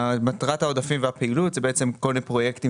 מטרת העודפים והפעילות זה כל מיני פרויקטים